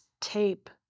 tape